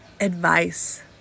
advice